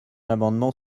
amendement